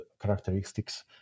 characteristics